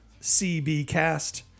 CBcast